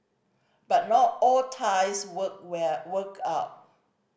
but not all ties work where work out